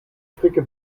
fricke